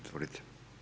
Izvolite.